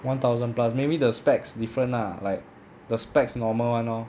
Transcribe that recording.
one thousand plus maybe the specs different lah like the specs normal [one] lor